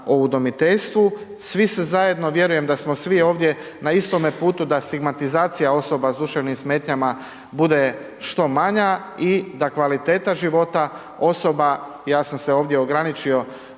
o udomiteljstvu, svi se zajedno, vjerujem da smo svi ovdje na istome putu da stigmatizacija osoba s duševnim smetnjama bude što manja i da kvaliteta života osoba, ja sam se ovdje ograničio,